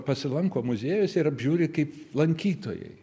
pasilanko muziejuose ir apžiūri kaip lankytojai